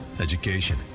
education